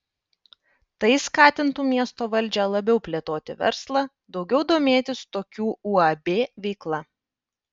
tai skatintų miesto valdžią labiau plėtoti verslą daugiau domėtis tokių uab veikla